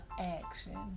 action